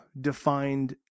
defined